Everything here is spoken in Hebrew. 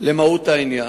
למהות העניין,